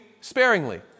sparingly